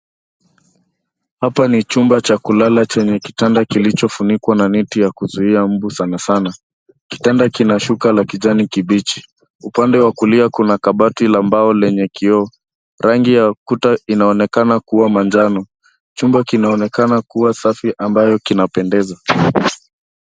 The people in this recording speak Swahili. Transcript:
Hapa ni chumba cha kulala chenye kitanda kilichofunikwa na neti ya kuzuiia mbu sanasana. Kitanda kina shuka la kijani kibichi. Upande wa kulia kuna kabati la mbao lenye kioo. Rangi ya ukuta inaonekana kuwa manjano. Chumba kinaonekana kuwa safi ambayo kinapendeza.